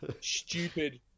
stupid